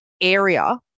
area